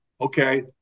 okay